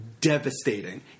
devastating